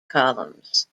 columns